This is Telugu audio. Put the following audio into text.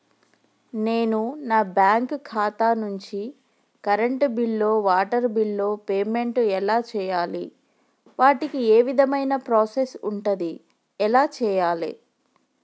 నేను నా బ్యాంకు ఖాతా నుంచి కరెంట్ బిల్లో వాటర్ బిల్లో పేమెంట్ ఎలా చేయాలి? వాటికి ఏ విధమైన ప్రాసెస్ ఉంటది? ఎలా చేయాలే?